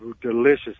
delicious